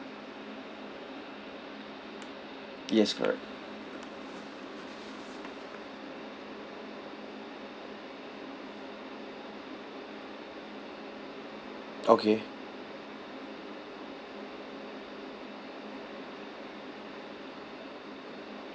yes correct okay